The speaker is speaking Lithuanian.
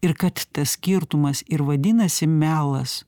ir kad tas skirtumas ir vadinasi melas